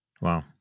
Wow